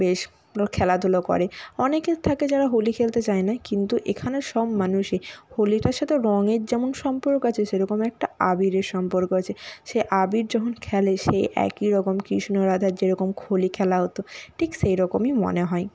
বেশ ওরা খেলাধুলো করে অনেকে থাকে যারা হোলি খেলতে চায় না কিন্তু এখানে সব মানুষই হোলিটার সাথে রঙের যেমন সম্পর্ক আছে সেরকম একটা আবিরের সম্পর্ক আছে সে আবির যখন খেলে সেই একই রকম কৃষ্ণ রাধার যেরকম হোলি খেলা হতো ঠিক সেই রকমই মনে হয়